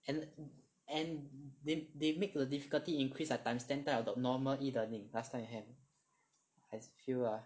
and and they they make the difficulty increase like times ten times the normal E-learning last time we have I feel lah